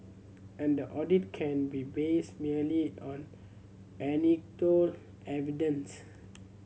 and the audit can be based merely on evidence